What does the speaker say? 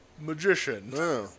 magician